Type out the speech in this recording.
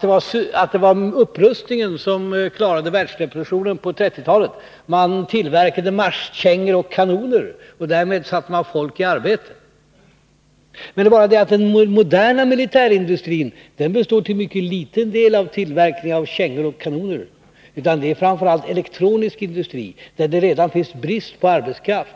som säger att det var upprustningen som klarade världsdepressionen på 1930-talet. Man tillverkade marschkängor och kanoner, och därmed satte man folk i arbete. Det är bara det att den moderna militärindustrin till mycket liten del består av tillverkning av kängor och kanoner. Den består framför allt av elektronisk industri, där det redan är brist på arbetskraft.